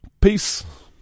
Peace